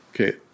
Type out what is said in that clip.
Okay